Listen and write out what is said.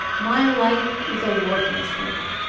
my life is a worthless thing.